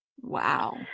Wow